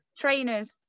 Trainers